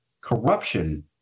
Corruption